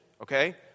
Okay